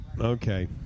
Okay